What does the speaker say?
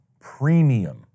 premium